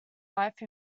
life